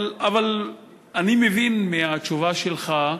אבל אני מבין מהתשובה שלך,